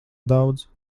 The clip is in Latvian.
daudz